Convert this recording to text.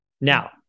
now